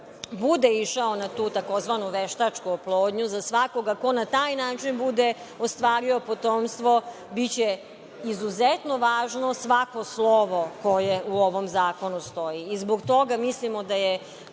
bude išao na tu tzv. veštačku oplodnju, za svakoga ko na taj način bude ostvario potomstvo, biće izuzetno važno svako slovo koje u ovom zakonu stoji. Zbog toga mislimo da je